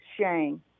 Shane